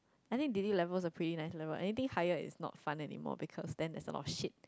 I think d_d level is the pretty nice level anything higher is not fun anymore because then there is a lot of shit